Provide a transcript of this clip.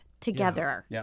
together